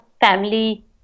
family